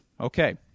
Okay